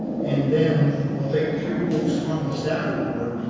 and then i'll take three quotes from the staff report.